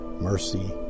mercy